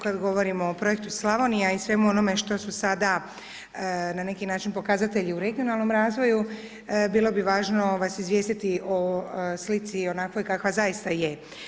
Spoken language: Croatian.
Kad govorimo o Projektu Slavonija i svemu onome što su sada na neki način pokazatelji u regionalnom razvoju bilo bi važno vas izvijestiti o slici onakvoj kakva zaista je.